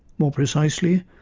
more precisely,